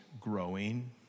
growing